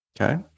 Okay